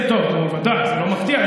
טוב, נו, ודאי, זה לא מפתיע.